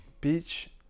beach